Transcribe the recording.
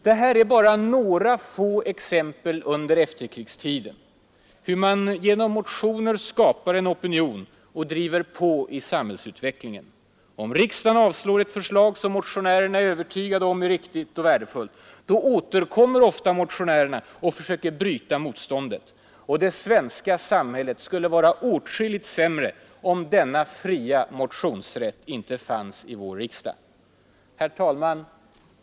Detta är bara några få exempel från efterkrigstiden på hur man genom motioner skapar en opinion och driver på samhällsutvecklingen. Om riksdagen avslår ett förslag som motionärerna är övertygade om är riktigt och värdefullt så återkommer ofta motionärerna och försöker bryta motståndet. Det svenska samhället skulle vara åtskilligt sämre, om denna fria motionsrätt inte fanns i vår riksdag.